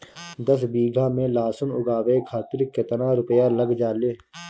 दस बीघा में लहसुन उगावे खातिर केतना रुपया लग जाले?